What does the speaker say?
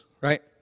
right